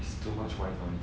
it's too much white noise